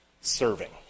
serving